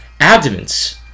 abdomens